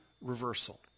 reversal